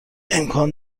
امکان